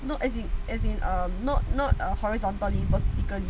no as in as in err not not a horizontal vertical